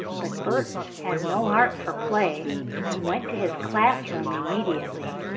but bert had no heart for play and went to his classroom immediately.